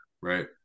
Right